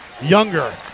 Younger